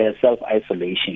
self-isolation